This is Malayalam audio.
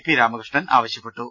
പി രാമകൃഷ്ണൻ ആവശ്യപ്പെട്ടു